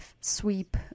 sweep